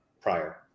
prior